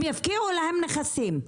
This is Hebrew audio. הם יפקיעו להם נכסים.